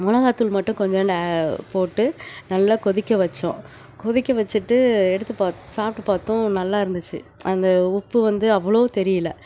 மிளகாத்தூள் மட்டும் கொஞ்சோண்டு போட்டு நல்லா கொதிக்க வச்சோம் கொதிக்க வச்சி விட்டு எடுத்து பார்த்தோம் சாப்பிட்டு பார்த்தோம் நல்லா இருந்துச்சு அந்த உப்பு வந்து அவ்வளோ தெரியல